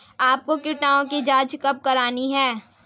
आपको कीटों की जांच कब करनी चाहिए?